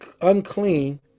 unclean